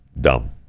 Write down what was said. dumb